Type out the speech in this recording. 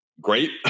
great